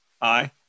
aye